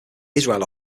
israel